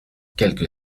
quelque